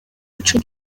ico